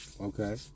Okay